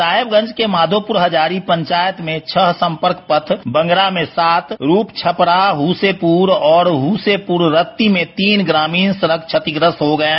साहेबगंज के माधोपुर हजारी पंचायत में छह संपर्क पथ बंगरा में सात रूपछपरा हस्सेपुर और हुस्सेपुर रत्ती में तीन ग्रामीण सड़क क्षतिग्रस्त हो गये हैं